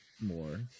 more